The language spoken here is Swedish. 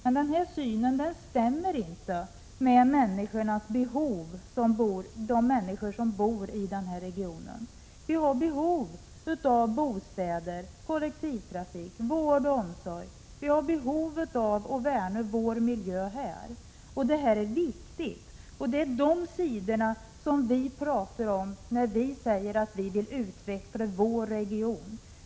Men den synen stämmer inte med de behov människorna har som bor i regionen. Vi har behov av bostäder, kollektivtrafik, vård och omsorg. Vi har behov av att värna vår miljö här. Det här är viktigt, och det är de sidorna som vi pratar om när vi säger att vi vill utveckla vår region.